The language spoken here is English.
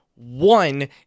One